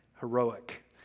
heroic